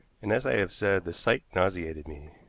and, as i have said, the sight nauseated me.